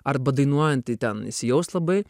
arba dainuojant tai ten įsijaust labai